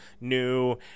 new